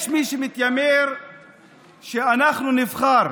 יש מי שמתיימר שאנחנו נבחר